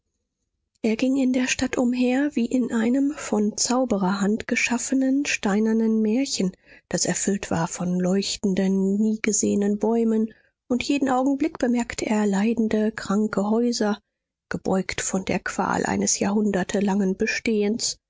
er ging in der stadt umher wie in einem von zaubererhand geschaffenen steinernen märchen das erfüllt war von leuchtenden nie gesehenen bäumen und jeden augenblick bemerkte er leidende kranke häuser gebeugt von der qual eines jahrhundertelangen bestehens